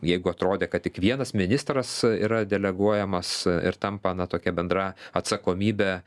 jeigu atrodė kad tik vienas ministras yra deleguojamas ir tampa na tokia bendra atsakomybe